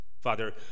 Father